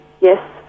yes